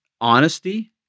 honesty